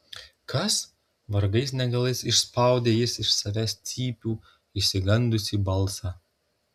kas vargais negalais išspaudė jis iš savęs cypių išsigandusį balsą